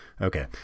okay